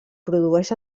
produeix